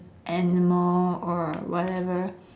animal or whatever